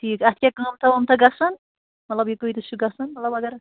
ٹھیٖک اَتھ کیٛاہ قۭمتھا وٍمتھا گژھان مطلب یہِ کۭتِس چھُ گژھان مطلب اگر